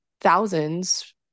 thousands